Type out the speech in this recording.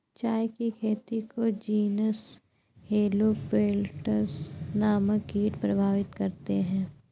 चाय की खेती को जीनस हेलो पेटल्स नामक कीट प्रभावित करते हैं